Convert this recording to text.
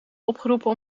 opgeroepen